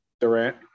Durant